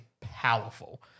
powerful